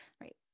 Right